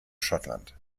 schottland